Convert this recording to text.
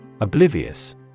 Oblivious